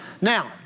Now